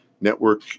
network